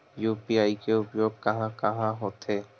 UPI के उपयोग कहां कहा होथे?